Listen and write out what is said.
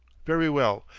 very well.